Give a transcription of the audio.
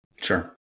Sure